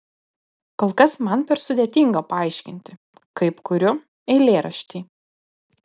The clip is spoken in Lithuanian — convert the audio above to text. kol kas man per sudėtinga paaiškinti kaip kuriu eilėraštį